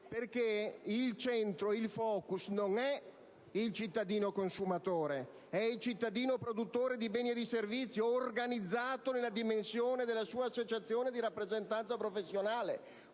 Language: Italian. perché il centro, il *focus* non è il cittadino consumatore, bensì il cittadino produttore di beni e servizi, organizzato nella dimensione della sua associazione di rappresentanza professionale.